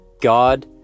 god